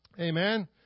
Amen